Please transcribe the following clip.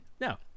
No